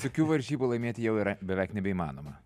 tokių varžybų laimėti jau yra beveik nebeįmanoma